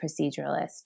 proceduralist